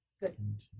Good